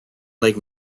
lake